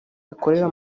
bikorera